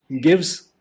gives